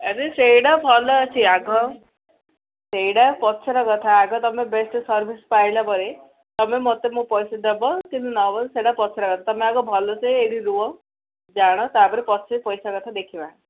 ଆରେ ସେଇଟା ଭଲ ଅଛି ଆଗ ସେଇଟା ପଛର କଥା ଆଗ ତୁମେ ବେଷ୍ଟ ସର୍ଭିସ୍ ପାଇଲା ପରେ ତୁମେ ମୋତେ ମୋ ପଇସା ଦବ କି ନବ ସେଇଟା ପଛର କଥା ତୁମେ ଆଗ ଭଲ ସେ ଏଇଠି ରୁହ ଜାଣ ତା'ପରେ ପଛରେ ପଇସା କଥା ଦେଖିବା